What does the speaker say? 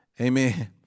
Amen